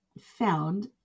found